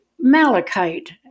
malachite